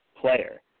player